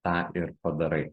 tą ir padarai